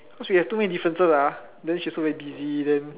cause we have too many differences ah then she also very busy then